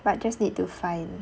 but just need to find